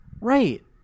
Right